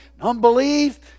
unbelief